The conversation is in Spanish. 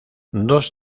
dos